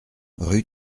rue